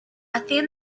thin